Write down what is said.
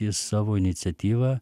jis savo iniciatyva